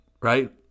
Right